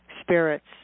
spirits